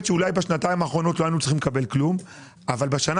אולי בשנתיים האחרונות לא היינו צריכים לקבל כלום אבל בשנה